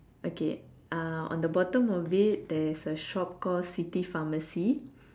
okay uh on the bottom of it there's a shop called city pharmacy